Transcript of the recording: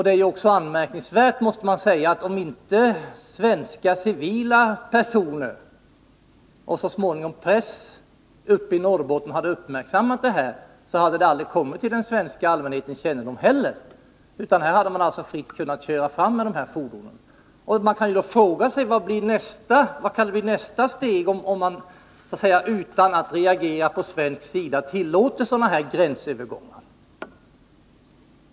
Det är också anmärkningsvärt att om inte svenska civilpersoner och så småningom pressen uppe i Norrbotten uppmärksammat det här, hade det aldrig kommit till den svenska allmänhetens kännedom. Man hade fritt kunnat fara fram med dessa fordon. Vad blir nästa steg, om vi utan att reagera från svensk sida tillåter sådana här gränsövergångar?